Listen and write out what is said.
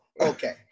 Okay